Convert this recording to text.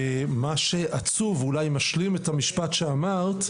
ומה שעצוב ואולי משלים את המשפט שאמרת,